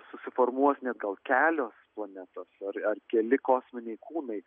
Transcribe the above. susiformuos net gal kelios planetos ar ar keli kosminiai kūnai